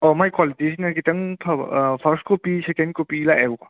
ꯑ ꯃꯥꯒꯤ ꯀ꯭ꯋꯥꯂꯤꯇꯤ ꯁꯤꯅ ꯈꯤꯇꯪ ꯐꯕ ꯐꯥꯔꯁ ꯀꯣꯄꯤ ꯁꯦꯀꯦꯟ ꯀꯣꯄꯤ ꯂꯥꯛꯑꯦꯕꯀꯣ